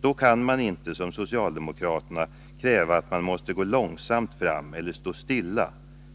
Då kan man inte, som socialdemokraterna gör, kräva att det skall gå långsamt fram eller stå stilla;